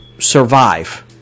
Survive